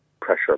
pressure